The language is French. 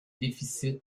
déficits